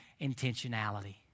intentionality